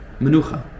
Menucha